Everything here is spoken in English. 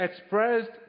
expressed